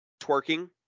twerking